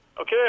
Okay